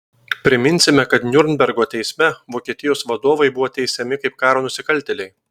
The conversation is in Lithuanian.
priminsime kad niurnbergo teisme vokietijos vadovai buvo teisiami kaip karo nusikaltėliai